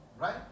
right